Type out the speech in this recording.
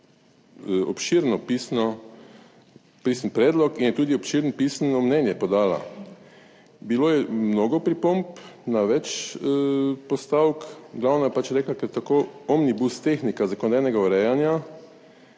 pisno, pisni predlog in je tudi obširno pisno mnenje podala. Bilo je mnogo pripomb na več postavk, glavna je pač rekla, ker tako, omnibus tehnika zakonodajnega urejanja